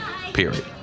Period